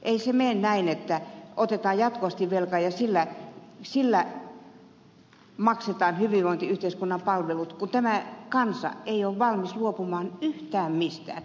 ei se mene näin että otetaan jatkuvasti velkaa ja sillä maksetaan hyvinvointiyhteiskunnan palvelut kun tämä kansa ei ole valmis luopumaan yhtään mistään